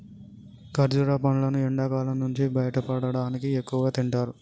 ఖర్జుర పండ్లును ఎండకాలం నుంచి బయటపడటానికి ఎక్కువగా తింటారు